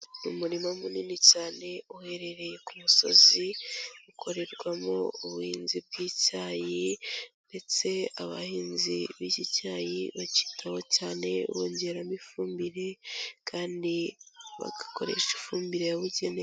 Umurima munini cyane uherereye ku musozi, ukorerwamo ubuhinzi bw'icyayi ndetse abahinzi b'iki cyayi bacyitaho cyane bongeramo ifumbire kandi bagakoresha ifumbire yabugenewe.